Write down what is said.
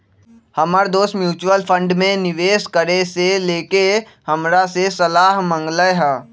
हमर दोस mutual fund में निवेश करे से लेके हमरा से सलाह मांगलय ह